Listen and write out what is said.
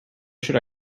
should